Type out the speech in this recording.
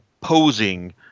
posing